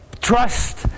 trust